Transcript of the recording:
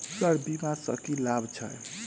Sir बीमा सँ की लाभ छैय?